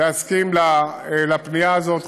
להסכים לפנייה הזאת.